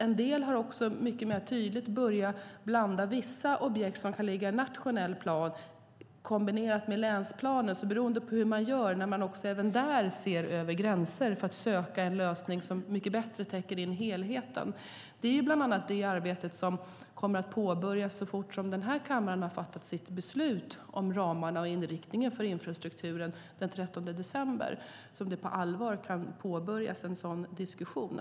En del har också mer tydligt börjat blanda vissa objekt som kan ligga i nationell plan kombinerat med länsplanen beroende på hur man gör när man även där ser över gränser för att söka en lösning som mycket bättre täcker in helheten. Det arbetet kommer att påbörjas så fort som kammaren har fattat beslut om ramarna och inriktningen för infrastrukturen den 13 december. Då kommer man att på allvar kunna påbörja en sådan diskussion.